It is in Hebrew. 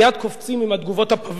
מייד קופצים עם התגובות הפבלוביות: